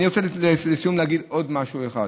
אני רוצה לסיום להגיד עוד משהו אחד.